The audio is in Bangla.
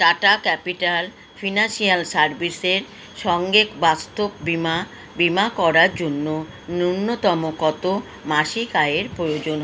টাটা ক্যাপিটাল ফিনান্সিয়াল সার্ভিসের সঙ্গে বাস্ত বিমা বিমা করার জন্য ন্যূনতম কতো মাসিক আয়ের প্রয়োজন